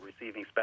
receiving